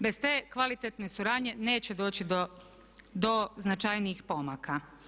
Bez te kvalitetne suradnje neće doći do značajnijih pomaka.